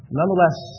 nonetheless